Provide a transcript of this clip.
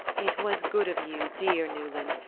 it was good of you, dear newland,